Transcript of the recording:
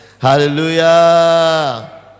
hallelujah